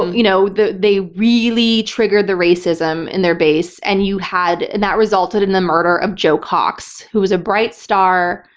you know they really triggered the racism in their base and you had and that resulted in the murder of jo cox who was a bright star,